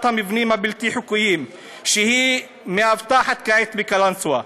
המבנים הבלתי-חוקיים שהיא מאבטחת כעת בקלנסואה.